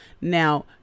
Now